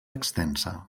extensa